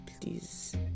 Please